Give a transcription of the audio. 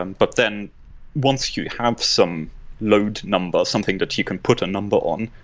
um but then once you have some load number or something that you can put a number on,